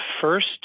first